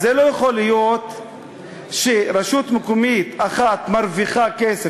אז לא יכול להיות שרשות מקומית אחת מרוויחה כסף,